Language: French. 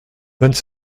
vingt